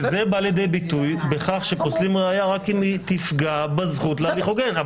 וזה בא לידי ביטוי בכך שפוסלים ראיה רק אם היא תפגע בזכות להליך הוגן.